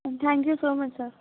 thank you so much sir